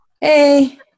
Hey